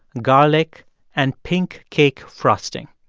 garlic and pink cake frosting.